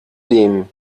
dem